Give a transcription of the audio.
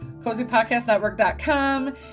cozypodcastnetwork.com